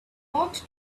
walked